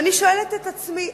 ואני שואלת את עצמי,